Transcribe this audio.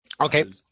Okay